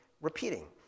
repeating